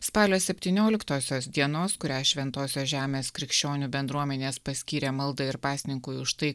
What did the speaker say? spalio septynioliktosios dienos kurią šventosios žemės krikščionių bendruomenės paskyrė maldai ir pasninkui už tai